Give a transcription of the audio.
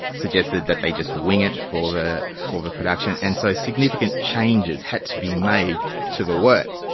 suggested that they just wing it for for the production, and so significant changes had to be made to the work.